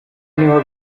niho